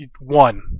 One